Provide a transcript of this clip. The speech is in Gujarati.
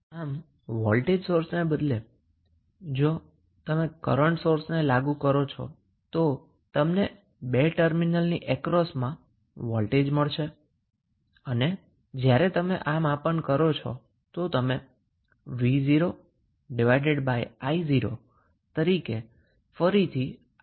આમ વોલ્ટેજ સોર્સને બદલે જો તમે કરન્ટ સોર્સને લાગુ કરો છો તો તમને બે ટર્મિનલની અક્રોસમાં વોલ્ટેજ મળશે અને જ્યારે તમે આ માપન કરો છો તો તમેને v0 i0 તરીકે ફરીથી 𝑅𝑇ℎ ની વેલ્યુ મળી શકે છે